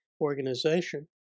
organization